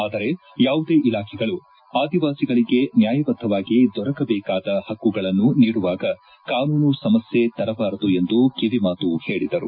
ಆದರೆ ಯಾವುದೇ ಇಲಾಖೆಗಳು ಅದಿವಾಸಿಗಳಿಗೆ ನ್ನಾಯಬದ್ದವಾಗಿ ದೊರಕಬೇಕಾದ ಹಕ್ಕುಗಳನ್ನು ನೀಡುವಾಗ ಕಾನೂನು ಸಮಸ್ಕೆ ತರಬಾರದು ಎಂದು ಕಿವಿಮಾತು ಹೇಳದರು